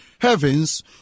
heavens